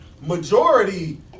Majority